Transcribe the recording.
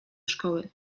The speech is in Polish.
szkoły